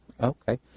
Okay